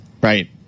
Right